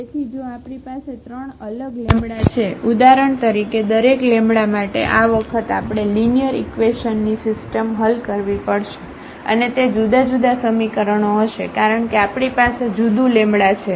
તેથી જો આપણી પાસે 3 અલગ લેમ્બડા છે ઉદાહરણ તરીકે દરેક લેમ્બડા માટે આ વખત આપણે લિનિયર ઈકવેશનની સિસ્ટમ હલ કરવી પડશે અને તે જુદા જુદા સમીકરણો હશે કારણ કે આપણી પાસે જુદું લેમ્બડા છે